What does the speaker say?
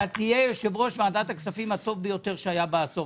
אתה תהיה יושב-ראש ועדת הכספים הטוב ביותר שהיה בעשור